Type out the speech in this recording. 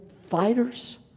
fighters